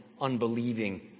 unbelieving